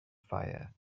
fire